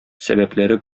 сәбәпләре